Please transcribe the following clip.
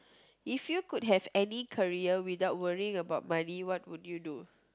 if you could have any career without worrying about money what would you do